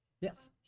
Yes